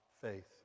faith